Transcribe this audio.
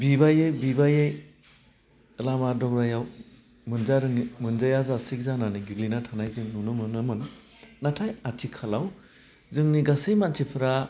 बिबायै बिबायै लामा दबायाव मोनजा रोङै मोनजाया जासे जानानै गोग्लैना थानाय जों नुनो मोनोमोन नाथाय आथिखालाव जोंनि गासै मानसिफ्रा